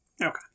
okay